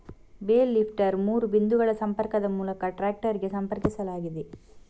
bale lifter ಮೂರು ಬಿಂದುಗಳ ಸಂಪರ್ಕದ ಮೂಲಕ ಟ್ರಾಕ್ಟರಿಗೆ ಸಂಪರ್ಕಿಸಲಾಗಿದೆ